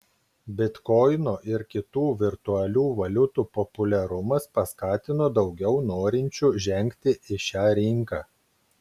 bitkoino ir kitų virtualių valiutų populiarumas paskatino daugiau norinčių žengti į šią rinką